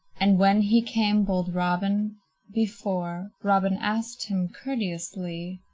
and when he came bold robin before, robin asked him courteously,